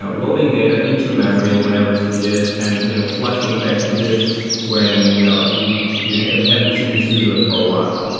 ah loading data into memory whenever it's needed and you know flushing back to disk when you know you you haven't haven't this user for a while.